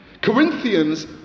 Corinthians